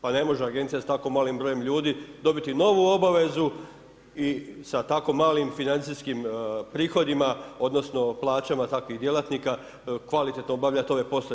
Pa ne može Agencija s tako malim brojem ljudi dobiti novu obavezu, i sa tako malim financijskim prihodima, odnosno plaćama takvih djelatnika kvalitetno obavljati ove poslove.